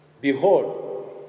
Behold